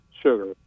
sugar